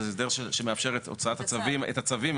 זה הסדר שמאפשר את הוצאת הצווים האלה.